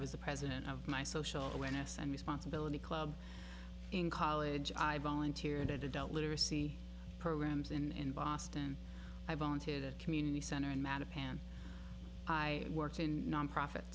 was the president of my social awareness and responsibility club in college i volunteered at adult literacy programs in boston i volunteered at community center in mattapan i worked in non profit